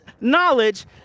knowledge